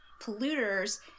polluters